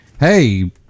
Hey